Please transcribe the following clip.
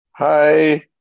Hi